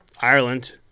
ireland